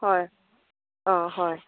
হয় অঁ হয়